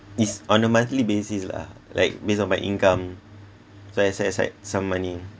is on a monthly basis lah like based on my income so I set aside some money